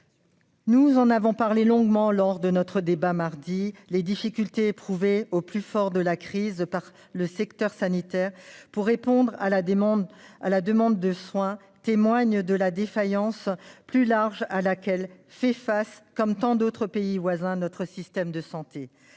Nous en avons parlé longuement lors de notre débat mardi : les difficultés éprouvées par le secteur sanitaire, au plus fort de la crise, pour répondre à la demande de soins, témoignent de la défaillance plus large à laquelle fait face, comme dans tant d'autres pays voisins, notre système de santé.